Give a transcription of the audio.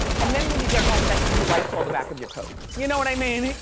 and then when you get home, then you lysol the back of your coat. you know what i mean?